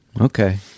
Okay